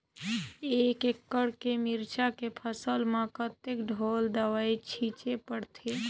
एक एकड़ के मिरचा के फसल म कतेक ढोल दवई छीचे पड़थे?